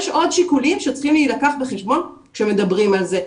יש עוד שיקולים שצריכים להילקח בחשבון כשמדברים על זה.